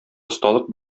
осталык